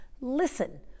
Listen